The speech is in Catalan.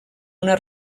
una